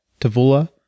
tavula